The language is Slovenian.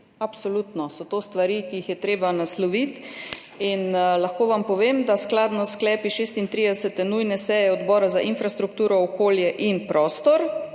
Absolutno so to stvari, ki jih je treba nasloviti. Lahko vam povem, da skladno s sklepi 36. nujne seje Odbora za infrastrukturo, okolje in prostor